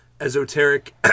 esoteric